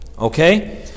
Okay